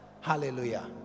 hallelujah